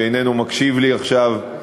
שאיננו מקשיב לי עכשיו,